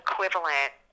Equivalent